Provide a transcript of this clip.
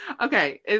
Okay